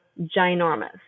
ginormous